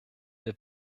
der